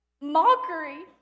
mockery